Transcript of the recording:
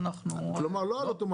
והנה אנחנו רואים פה תשואה עודפת.